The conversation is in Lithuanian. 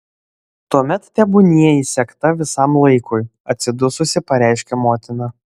tuomet tebūnie įsegta visam laikui atsidususi pareiškia motina